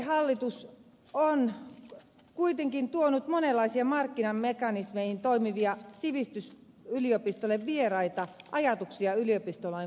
porvarihallitus on kuitenkin tuonut monenlaisia markkinamekanismein toimivia sivistysyliopistolle vieraita ajatuksia yliopistolain valmisteluun